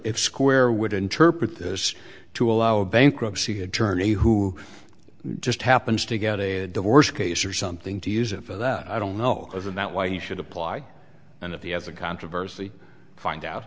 square would interpret this to allow a bankruptcy attorney who just happens to get a divorce case or something to use it for that i don't know isn't that why he should apply and of the as a controversy find out